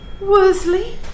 Worsley